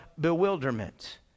bewilderment